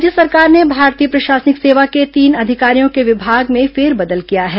तबादला राज्य सरकार ने भारतीय प्रशासनिक सेवा के तीन अधिकारियों के विभाग में फेरबदल किया है